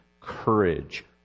courage